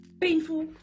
painful